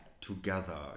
together